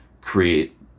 create